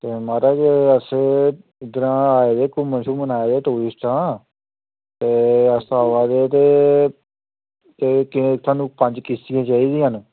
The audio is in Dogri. ते महाराज अस इद्धरां आए दे घूमन शूमन आए दे टूरिस्ट आं ते अस आवा दे ते सानूं पंज किश्तियां चाहिदियां न